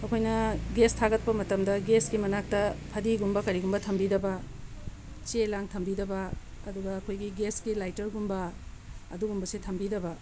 ꯑꯩꯈꯣꯏꯅ ꯒ꯭ꯌꯥꯁ ꯊꯥꯒꯠꯄ ꯃꯇꯝꯗ ꯒ꯭ꯌꯥꯁꯀꯤ ꯃꯅꯥꯛꯇ ꯐꯗꯤꯒꯨꯝꯕ ꯀꯔꯤꯒꯨꯝꯕ ꯊꯝꯕꯤꯗꯕ ꯆꯦ ꯂꯥꯡ ꯊꯝꯕꯤꯗꯕ ꯑꯗꯨꯒ ꯑꯩꯈꯣꯏꯒꯤ ꯒ꯭ꯌꯥꯁꯀꯤ ꯂꯥꯏꯇꯔꯒꯨꯝꯕ ꯑꯗꯨꯒꯨꯝꯕꯁꯦ ꯊꯝꯕꯤꯗꯕ